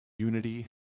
Unity